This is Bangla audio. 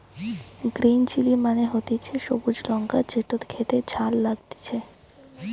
গ্রিন চিলি মানে হতিছে সবুজ লঙ্কা যেটো খেতে ঝাল লাগতিছে